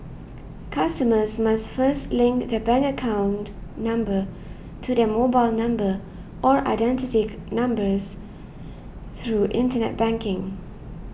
customers must first link their bank account number to their mobile number or identity numbers through Internet banking